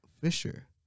Fisher